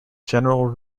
general